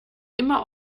immer